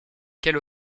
quelle